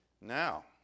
Now